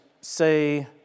say